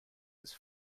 his